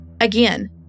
Again